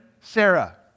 sarah